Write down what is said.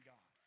God